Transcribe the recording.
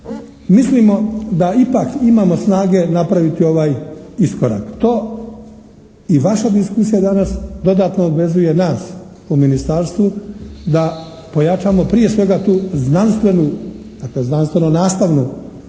Mislimo da ipak imamo snage napraviti ovaj iskorak. To i vaša diskusija danas dodatno obvezuje nas u ministarstvu da pojačamo prije svega tu znanstvenu, dakle znanstveno-nastavnu